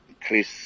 Chris